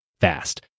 fast